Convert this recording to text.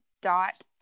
dot